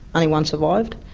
only one survived,